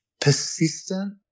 persistent